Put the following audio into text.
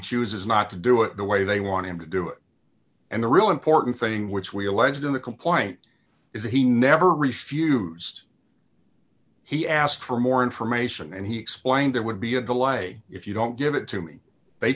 chooses not to do it the way they want him to do it and the real important thing which we alleged in the complaint is he never refused he asked for more information and he explained it would be a delay if you don't give it to me they